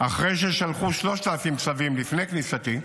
אחרי ששלחו 3,000 צווים לפני כניסתי,